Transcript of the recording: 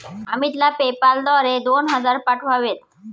अमितला पेपाल द्वारे दोन हजार पाठवावेत